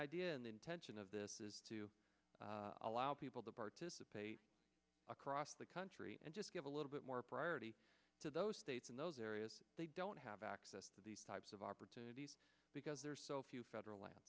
idea and intention of this is to allow people to participate across the country and just give a little bit more priority to those states in those areas they don't have access to these types of opportunities because there are so few federal land